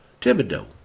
Thibodeau